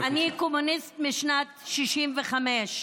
אני קומוניסט משנת 1965,